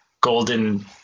golden